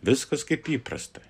viskas kaip įprasta